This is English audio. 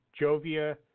Jovia